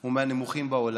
הוא מהנמוכים בעולם.